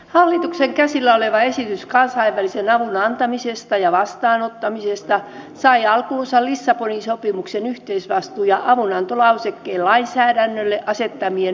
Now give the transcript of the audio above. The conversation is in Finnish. hallituksen käsillä oleva esitys kansainvälisen avun antamisesta ja vastaanottamisesta sai alkunsa lissabonin sopimuksen yhteisvastuu ja avunantolausekkeen lainsäädännölle asettamien muutostarpeiden johdosta